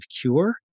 cure